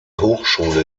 hochschule